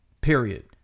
Period